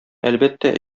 әлбәттә